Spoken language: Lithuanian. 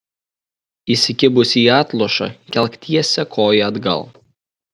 įsikibusi į atlošą kelk tiesią koją atgal